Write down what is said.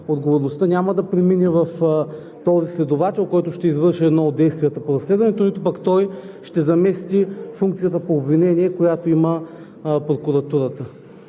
Отговорността няма да премине в този следовател, който ще извършва едно от действията по разследването, нито пък той ще замести функцията по обвинение, която има прокуратурата.